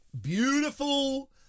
beautiful